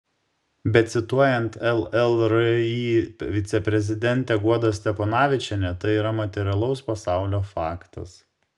bet cituojant llri viceprezidentę guodą steponavičienę tai yra materialaus pasaulio faktas